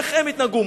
איך הם התנהגו,